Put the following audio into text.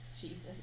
Jesus